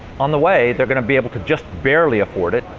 on the way, they're going to be able to just barely afford it.